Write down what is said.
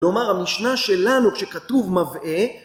כלומר, המשנה שלנו כשכתוב מבאה